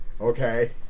okay